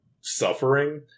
suffering